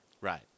Right